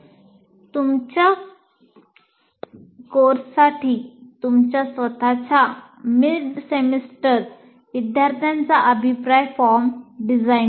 अभ्यास तुमच्या कोर्ससाठी तुमच्या स्वत च्या मिड सेमेस्टर विद्यार्थ्यांचा अभिप्राय फॉर्म डिझाइन करा